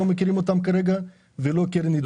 לא מכירים אותם כרגע ולא הקרן לידידות.